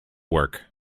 work